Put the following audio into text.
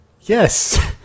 Yes